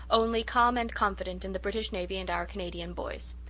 only calm and confident in the british navy and our canadian boys.